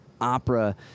opera